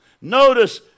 Notice